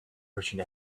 merchant